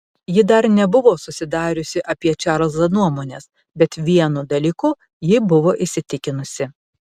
ji dar nebuvo susidariusi apie čarlzą nuomonės bet vienu dalyku ji buvo įsitikinusi